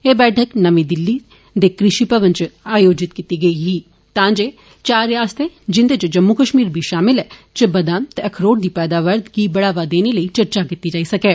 एह बैठक नमीं दिल्ली दे कृषि भवन च आयोजित कीती गेदी ही तां जे चार रियासते जिन्दे च जम्मू कश्मीर बी शामल हा इच बदाम ते अखरोट दी पैदावार गी बढ़ावा देने लेई चर्चा कीती जाई सकै